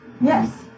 Yes